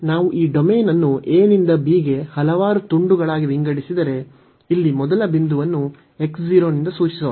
ನಾವು ಈ ಡೊಮೇನ್ ಅನ್ನು a ನಿಂದ b ಗೆ ಹಲವಾರು ತುಂಡುಗಳಾಗಿ ವಿಂಗಡಿಸಿದರೆ ಇಲ್ಲಿ ಮೊದಲ ಬಿಂದುವನ್ನು x 0 ನಿಂದ ಸೂಚಿಸೋಣ